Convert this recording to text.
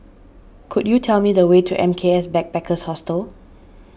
could you tell me the way to M K S Backpackers Hostel